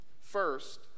First